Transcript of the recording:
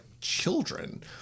children